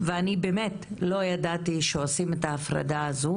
ואני באמת לא ידעתי שיש צורך לעשות את ההפרדה הזן